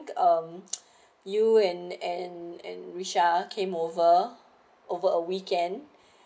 um you and and and rusia came over over a weekend